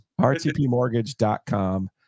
RTPmortgage.com